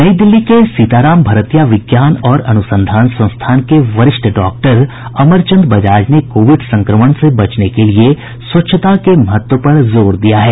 नई दिल्ली के सीताराम भरतीया विज्ञान और अनुसंधान संस्थान के वरिष्ठ डॉक्टर अमर चंद बजाज ने कोविड संक्रमण से बचने के लिए स्वच्छता के महत्व पर जोर दिया है